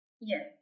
Yes